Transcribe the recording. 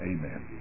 Amen